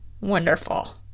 wonderful